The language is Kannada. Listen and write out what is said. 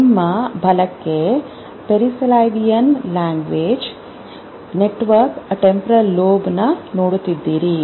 ನಿಮ್ಮ ಭಲಕೇ perisylvian language network temporal lobe ನೋಡುತಿದಿರಿ